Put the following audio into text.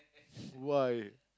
why